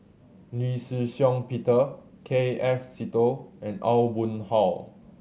Lee Shih Shiong Peter K F Seetoh and Aw Boon Haw